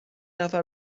نفر